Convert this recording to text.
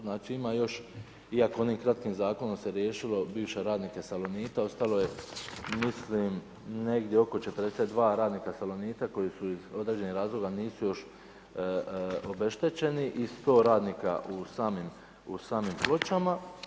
Znači ima još iako u onim kratkim zakonom se riješilo bivše radnike salonita, ostalo je mislim negdje oko 42 radnika salonita koji iz određenih razloga nisu još obeštećeni i 100 radnika u samim pločama.